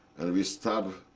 and we stopped